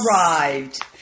arrived